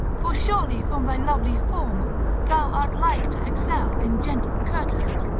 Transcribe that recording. for surely from thy lovely form thou art like to excel in gentle courtest.